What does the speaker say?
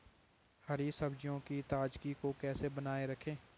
हरी सब्जियों की ताजगी को कैसे बनाये रखें?